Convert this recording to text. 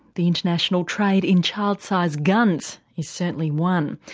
the international trade in child-size guns is certainly one,